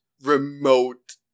remote